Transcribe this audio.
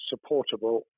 supportable